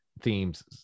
themes